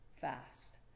fast